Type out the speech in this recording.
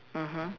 mmhmm